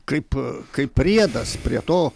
kaip kaip priedas prie to